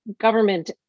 government